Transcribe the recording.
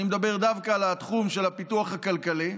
אני מדבר דווקא על התחום של הפיתוח הכלכלי,